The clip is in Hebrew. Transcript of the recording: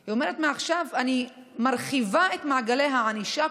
היא אומרת: מעכשיו אני מרחיבה את מעגלי הענישה.